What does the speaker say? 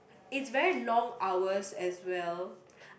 it's very long hours as well